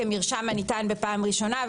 כמרשם הניתן בפעם הראשונה".